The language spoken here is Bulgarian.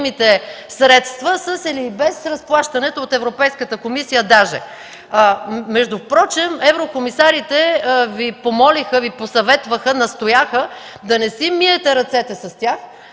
необходимите средства, със или без разплащането от Европейската комисия даже. Впрочем еврокомисарите Ви помолиха, Ви посъветваха, настояха да не си миете ръцете с тях,